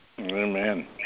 Amen